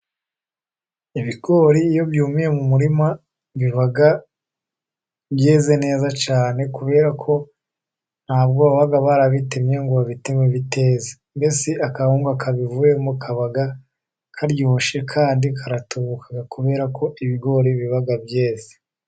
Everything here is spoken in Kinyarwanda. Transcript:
Ibigori iyo byumiye mu murima biba byeze neza cyane, kubera ko ntabwo baba barabitemye ngo babiteme bireze. Mbese akawunga kabivuyemo kaba karyoshye, kandi karatububuka kubera ko ibigori biba byeze.